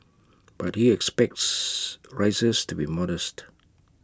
but he expects rises to be modest